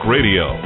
Radio